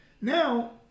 Now